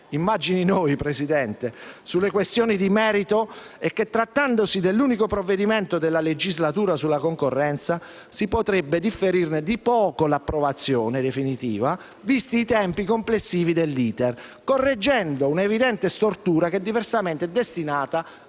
immagini noi, Presidente - «sulle questioni di merito» e che «trattandosi dell'unico provvedimento della legislatura sulla concorrenza, ben si potrebbe differirne di poco l'approvazione definitiva, visti i tempi complessivi dell'*iter*, correggendo un'evidente stortura che diversamente è destinata